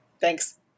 Thanks